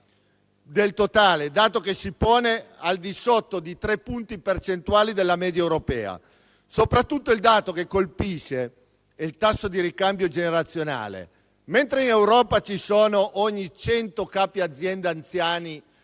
del totale, dato che si pone al di sotto di tre punti percentuali della media europea. Soprattutto, il dato che colpisce è il tasso di ricambio generazionale: mentre in Europa ogni cento capi azienda anziani,